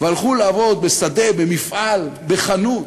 והלכו לעבוד בשדה, במפעל, בחנות,